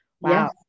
Wow